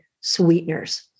sweeteners